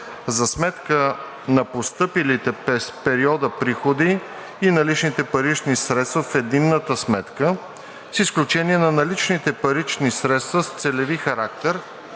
за сметка на постъпилите през периода приходи и наличните парични средства в единната сметка, с изключение на наличните парични средства с целеви характер,